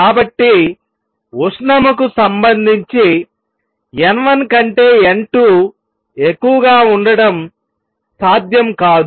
కాబట్టి ఉష్ణముకు సంబంధించి n1 కంటే n2 ఎక్కువగా ఉండటం సాధ్యం కాదు